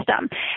system